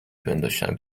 پنداشتم